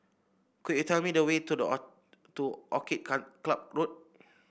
could you tell me the way to the to Orchid can Club Road